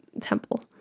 temple